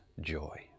joy